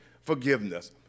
forgiveness